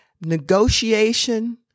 negotiation